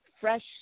fresh